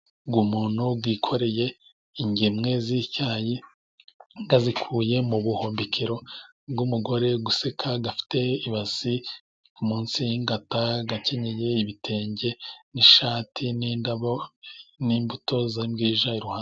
Umuntu wikoreye ingemwe z'icyayi undi azikuye mu buhumbikiro, umugore useka afite ibasi munsi y'ingata akenyeye ibitenge n'ishati n'indabo n'imbuto iruhande.